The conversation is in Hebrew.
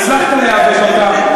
הצלחתם לעבד אותה,